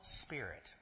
spirit